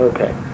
Okay